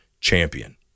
champion